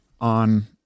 on